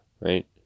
right